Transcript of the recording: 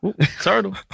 turtle